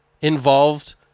involved